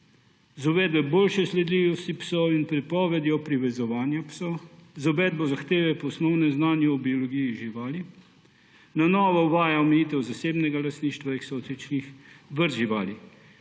uvedbo boljše sledljivosti psov in prepovedjo privezovanja psov, z uvedbo zahteve po osnovnem znanju o biologiji živali, na novo uvaja omejitev zasebnega lastništva eksotičnih vrst živali.